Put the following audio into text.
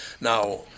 now